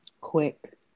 quick